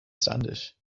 standish